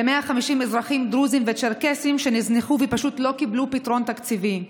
ל-150,000 אזרחים דרוזים וצ'רקסים שנזנחו ופשוט לא קיבלו פתרון תקציבי.